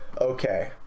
okay